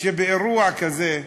שבאירוע כזה,